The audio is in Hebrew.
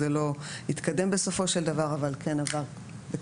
זה לא התקדם בסופו של דבר אבל כן עבר בקריאה